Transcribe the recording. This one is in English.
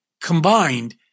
combined